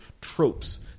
tropes